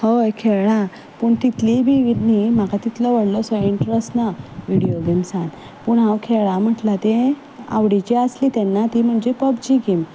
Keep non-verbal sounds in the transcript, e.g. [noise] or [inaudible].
हय खेळ्ळां पूण तितलीय बी [unintelligible] म्हाका तितलो व्हडलो सो इंट्रस्ट ना व्हिडियो गेम्सांत पूण हांव खेळ्ळां म्हटलां तें आवडिची आसली तेन्ना ती म्हणजे पबजी गेम